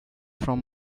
from